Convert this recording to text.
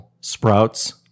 sprouts